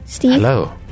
Hello